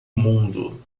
mundo